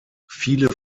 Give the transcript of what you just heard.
viele